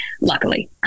luckily